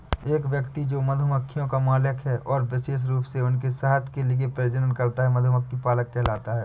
एक व्यक्ति जो मधुमक्खियों का मालिक है और विशेष रूप से उनके शहद के लिए प्रजनन करता है, मधुमक्खी पालक कहलाता है